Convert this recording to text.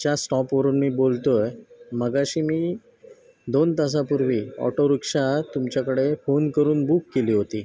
च्या स्टॉपवरून मी बोलतो आहे मगाशी मी दोन तासापूर्वी ऑटो रुक्षा तुमच्याकडे फोन करून बुक केली होती